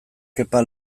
kepa